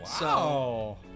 Wow